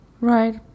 Right